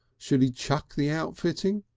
should he chuck the outfitting?